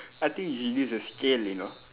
I think you should use the scale you know